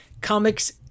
comics